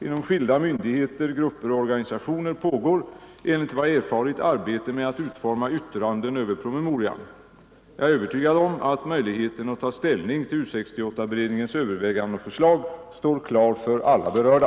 Inom skilda myndigheter, grupper och organisationer pågår enligt vad jag erfarit arbete med att utforma yttranden över promemorian. Jag är övertygad om att möjligheten att ta ställning till U 68-beredningens överväganden och förslag står klar för alla berörda.